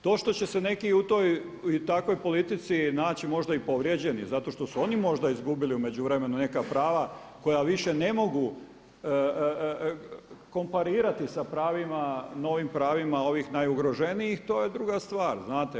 To što će se neki u toj i takvoj politici naći možda i povrijeđeni zato što su oni možda izgubili u međuvremenu neka prava koja više ne mogu komparirati sa pravima, novim pravima ovih najugroženijih, to je druga stvar, znate.